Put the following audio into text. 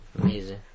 Amazing